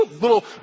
little